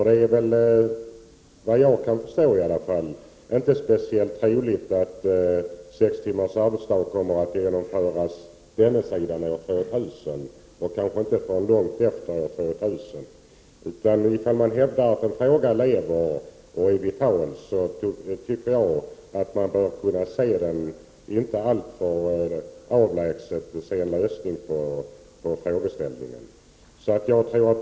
Det är såvitt jag kan förstå inte särskilt troligt att sex timmars arbetsdag kommer att kunna genomföras på denna sida om år 2000, kanske inte förrän långt efter 2000. Om man hävdar att en fråga lever och är vital tycker jag att man bör kunna se en lösning på den inom en inte alltför avlägsen framtid.